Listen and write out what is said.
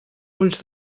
ulls